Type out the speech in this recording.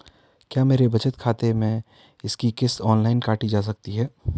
क्या मेरे बचत खाते से इसकी किश्त ऑनलाइन काटी जा सकती है?